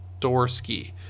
Dorsky